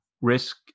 risk